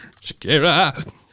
Shakira